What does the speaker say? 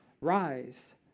Rise